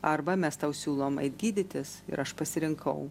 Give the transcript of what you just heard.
arba mes tau siūlom eit gydytis ir aš pasirinkau